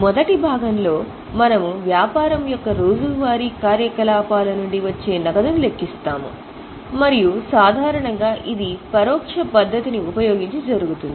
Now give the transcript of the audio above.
మొదటి భాగంలో మనము వ్యాపారం యొక్క రోజువారీ కార్యకలాపాల నుండి వచ్చే నగదును లెక్కిస్తాము మరియు సాధారణంగా ఇది పరోక్ష పద్ధతిని ఉపయోగించి జరుగుతుంది